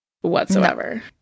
whatsoever